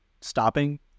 stopping